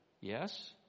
Yes